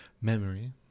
memory